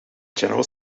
general